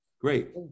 Great